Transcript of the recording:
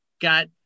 got